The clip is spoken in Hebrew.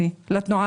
במצב רגיל, מי